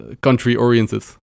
country-oriented